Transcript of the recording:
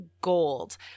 gold